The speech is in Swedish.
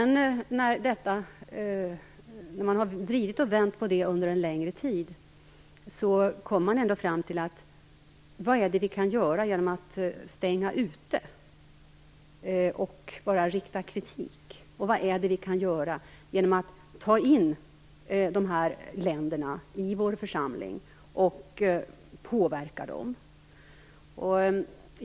När man har vridit och vänt på detta under en längre tid kommer man ändå fram till frågan: Vad är det vi kan göra genom att stänga ute och bara rikta kritik? Vad är det vi kan göra genom att ta in dessa länder i vår församling och påverka dem?